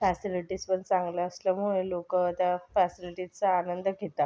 facilities पण चांगल्या असल्यामुळे लोकं त्या फॅसिलिटीजचा आनंद घेतात